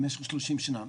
במשך שלושים שנה,